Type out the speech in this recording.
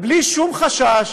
בלי שום חשש